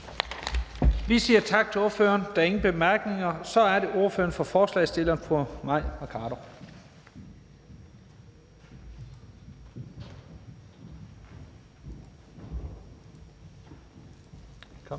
Vi siger tak til ordføreren. Der er ingen korte bemærkninger. Så er det ordføreren for forslagsstillerne, fru Mai Mercado.